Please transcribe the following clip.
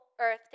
earth